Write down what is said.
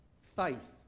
Faith